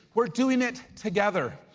we are doing it together.